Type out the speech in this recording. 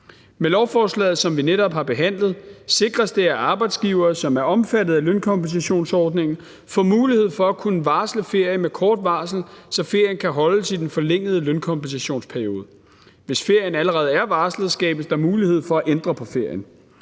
Med lovforslaget, som vi netop har behandlet, sikres det, at arbejdsgivere, som er omfattet af lønkompensationsordningen, får mulighed for at kunne varsle ferie med kort varsel, så ferien kan holdes i den forlængede lønkompensationsperiode. Hvis ferien allerede er varslet, skabes der mulighed for at ændre på ferien.